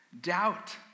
Doubt